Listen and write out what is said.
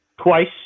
twice